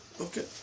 Okay